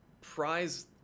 prize